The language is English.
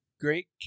great